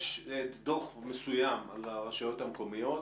יש דוח מסוים על הרשויות המקומיות